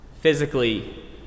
physically